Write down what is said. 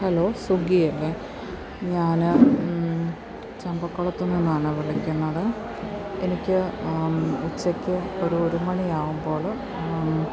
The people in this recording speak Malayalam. ഹലോ സ്വിഗ്ഗി അല്ലേ ഞാൻ ചമ്പക്കുളത്തുനിന്നാണ് വിളിക്കുന്നത് എനിക്ക് ഉച്ചയ്ക്ക് ഒരു ഒരു മണിയാകുമ്പോൾ